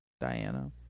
Diana